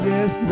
Yes